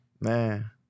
Man